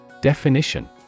Definition